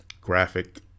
graphic